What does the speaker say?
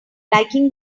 liking